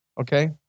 Okay